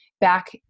back